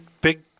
big